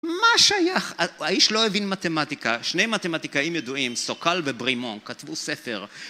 מה שייך, האיש לא הבין מתמטיקה, שני מתמטיקאים ידועים, סוקל וברימון, כתבו ספר